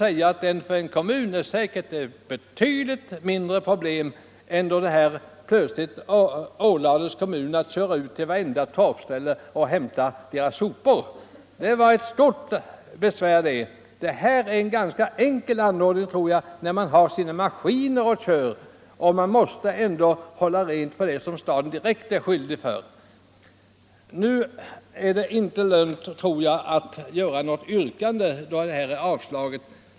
För kommunerna är detta säkert ett betydligt mindre problem än när de ålades att köra ut till vartenda torpställe för att hämta sopor. Det var mycket besvärligt. Trottoarrenhållningen är en ganska enkel ordning, eftersom det finns så många maskiner. Staden måste ändå hålla rent på gatorna. Det är inte lönt att ställa något yrkande, eftersom motionen är avstyrkt.